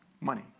money